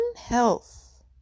health